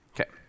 Okay